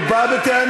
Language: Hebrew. הוא בא בטענות.